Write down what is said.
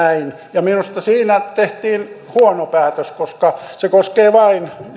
näin minusta siinä tehtiin huono päätös koska se koskee vain